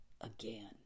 again